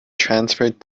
transferred